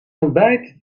ontbijt